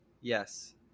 Yes